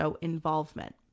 involvement